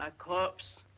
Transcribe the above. ah corpse.